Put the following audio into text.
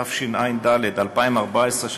התשע"ד 2014,